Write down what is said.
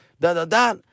da-da-da